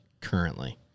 currently